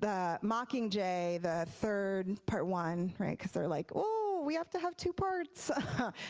the mockingjay, the third, part one because they're like oh we have to have two parts